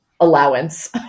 allowance